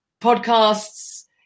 podcasts